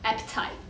appetite